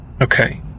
Okay